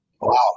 Wow